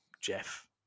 Jeff